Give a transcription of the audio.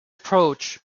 approach